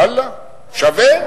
ואללה, שווה.